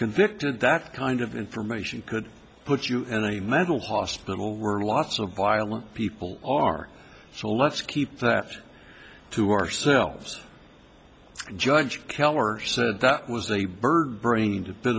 convicted that kind of information could put you in a mental hospital were lots of violent people are so let's keep that to ourselves judge keller said that was a birdbrain